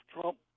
Trump